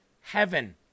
heaven